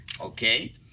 Okay